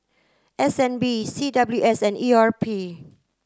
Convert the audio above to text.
S N B C W S and E R P